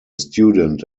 student